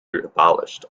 abolished